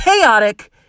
chaotic